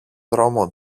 δρόμο